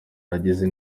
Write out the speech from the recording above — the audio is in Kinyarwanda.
abagize